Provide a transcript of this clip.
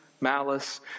malice